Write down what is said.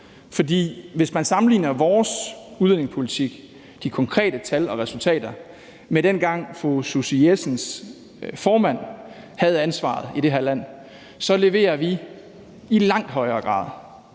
hvis man sammenligner vores udlændingepolitik, de konkrete tal og resultater, med dengang, hvor fru Susie Jessens formand havde ansvaret i det her land, så leverer vi i langt højere grad.